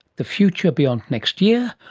the future beyond next year?